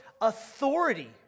authority